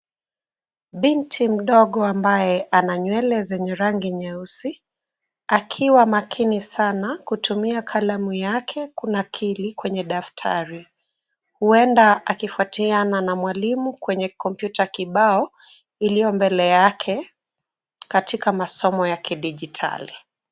Binti mdogo ambaye ana nywele zenye rangi nyeusi, akiwa makini sana kutumia kalamu yake, kunakiri kwenye daftari. Huenda akifuatiana na mwalimu kwenye komputa kibao iliyo mbele yake, katika masomo ya kijidijitali.